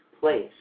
place